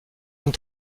zone